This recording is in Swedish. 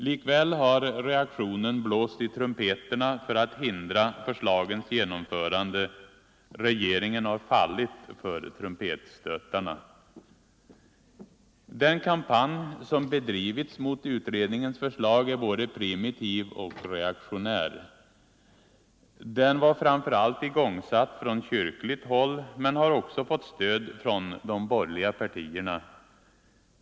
Likväl har reaktionen blåst i trumpeterna för att hindra förslagens genomförande. Regeringen har fallit för trumpetstötarna. Den kampanj som bedrivits mot utredningens förslag är både primitiv och reaktionär. Den var framför allt igångsatt från kyrkligt håll men har också fått stöd från de borgerliga partierna.